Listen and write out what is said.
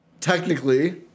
technically